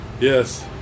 Yes